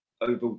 over